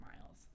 miles